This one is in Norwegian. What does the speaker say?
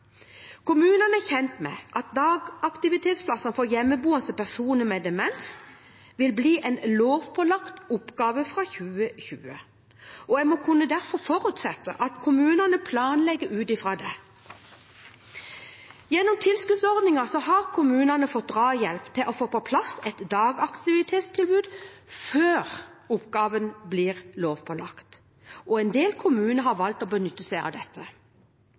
Kommunene er kjent med at dagaktivitetsplasser for hjemmeboende personer med demens vil bli en lovpålagt oppgave fra 2020, og jeg må derfor kunne forutsette at kommunene planlegger ut fra det. Gjennom tilskuddsordningen har kommunene fått drahjelp til å få på plass et dagaktivitetstilbud før oppgaven blir lovpålagt, og en del kommuner har valgt å benytte seg av dette.